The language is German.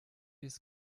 ist